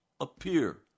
appear